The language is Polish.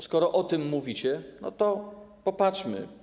Skoro o tym mówicie, no to popatrzmy.